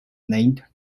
named